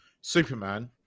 Superman